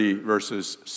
verses